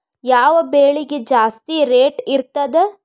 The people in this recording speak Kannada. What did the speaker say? ಯಾವ ಬೆಳಿಗೆ ಜಾಸ್ತಿ ರೇಟ್ ಇರ್ತದ?